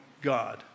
God